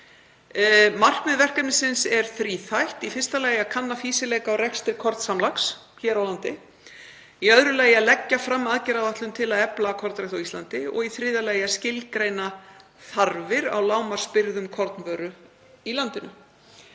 Markmið verkefnisins er þríþætt. Í fyrsta lagi að kanna fýsileika á rekstri kornsamlags hér á landi, í öðru lagi að leggja fram aðgerðaáætlun til að efla kornrækt á Íslandi og í þriðja lagi að skilgreina þarfir á lágmarksbirgðum kornvöru í landinu.